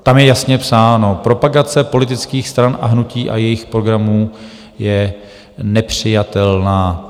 Tam je jasně psáno: propagace politických stran a hnutí a jejich programů je nepřijatelná.